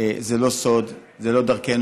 זה לא סוד: זו לא דרכנו.